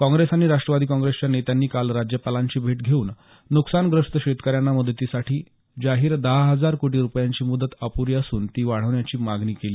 काँग्रेस आणि राष्ट्रवादी काँग्रेसच्या नेत्यांनी काल राज्यपालांची भेट घेऊन नुकसानग्रस्त शेतकऱ्यांना मदतीसाठी जाहीर दहा हजार कोटी रुपयांची मदत अपुरी असून ती वाढवण्याची मागणी केली